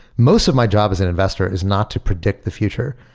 most of my job as an investor is not to predict the future.